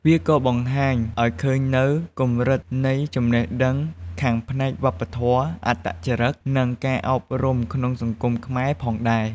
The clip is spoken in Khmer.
វាក៏បង្ហាញឲ្យឃើញនូវ កម្រិតនៃចំណេះដឹងខាងផ្នែកវប្បធម៌ អត្តចរិត និងការអប់រំក្នុងសង្គមខ្មែរផងដែរ។